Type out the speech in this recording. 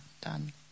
done